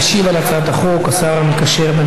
משיב על הצעת החוק השר המקשר בין